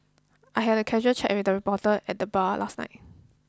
I had a casual chat with a reporter at the bar last night